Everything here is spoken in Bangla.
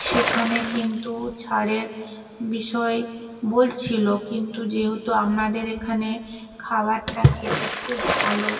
সেখানে কিন্তু ছাড়ের বিষয়ে বলছিলো কিন্তু যেহেতু আপনাদের এখানে খাওয়ারটা খেতে খুব ভালো